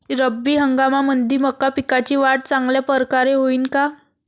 रब्बी हंगामामंदी मका पिकाची वाढ चांगल्या परकारे होईन का?